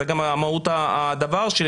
זה גם מהות הדבר.